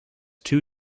two